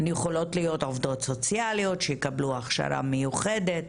הן יכולות להיות עובדות סוציאליות שיקבלו הכשרה מיוחדת,